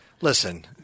Listen